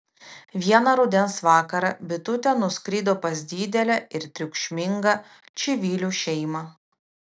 vieną rudens vakarą bitutė nuskrido pas didelę ir triukšmingą čivilių šeimą